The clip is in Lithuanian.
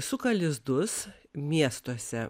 suka lizdus miestuose